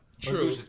True